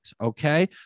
Okay